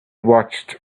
watched